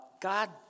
God